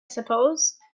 suppose